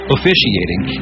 Officiating